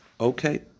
Okay